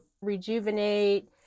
rejuvenate